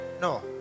no